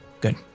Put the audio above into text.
Good